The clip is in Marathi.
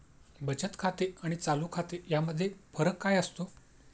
बचत खाते आणि चालू खाते यामध्ये फरक काय असतो?